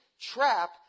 trap